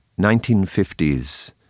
1950s